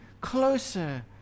closer